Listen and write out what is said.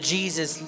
Jesus